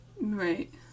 right